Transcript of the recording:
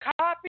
copy